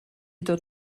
dod